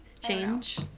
Change